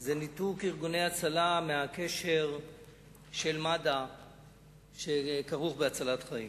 זה ניתוק ארגוני ההצלה מהקשר של מד"א שכרוך בהצלת חיים.